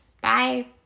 Bye